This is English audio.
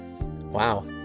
Wow